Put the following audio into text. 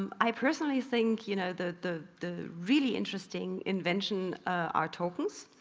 um i personally think you know, the the really interesting invention are tokens.